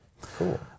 Cool